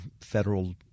federal